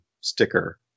sticker